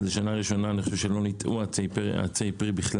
אני חושב שזו שנה ראשונה שבכלל לא ניטעו עצי פרי במדינה,